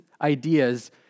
ideas